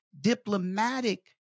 diplomatic